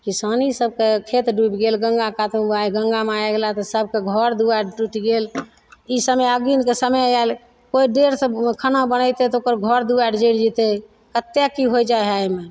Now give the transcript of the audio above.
किसानी सबके खेत डूबि गेल गंगा कातमे आइ गंगा माइ सबके घर दुवारि टूटि गेल ई समय अगीनके समय आयल कोइ देरसँ खाना बनेतय तऽ ओकर घर दुवारि जड़ि जेतय कते की होइ जाइ हइ अइमे